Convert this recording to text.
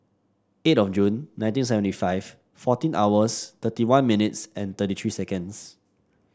eight of June nineteen seventy five fourteen hours thirty one minutes thirty three seconds